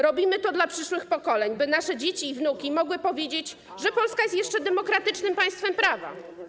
Robimy to dla przyszłych pokoleń, by nasze dzieci i wnuki mogły powiedzieć, że Polska jest jeszcze demokratycznym państwem prawa.